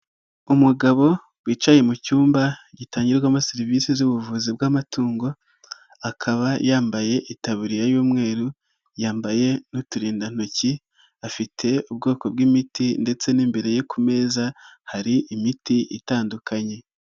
Umugabo wicaye mu cyumba gitangirwamo serivisi z'ubuvuzi bw'amatungo, akaba yambaye itaburiya y'umweru, yambaye n'uturindantoki, afite ubwoko bw'imiti ndetse n'imbere ku meza hari imiti itandukanye.